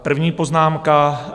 První poznámka.